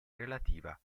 relativa